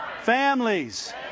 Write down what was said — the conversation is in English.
families